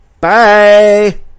Bye